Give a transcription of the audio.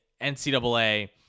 NCAA